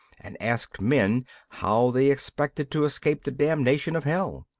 and asked men how they expected to escape the damnation of hell.